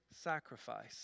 Sacrifice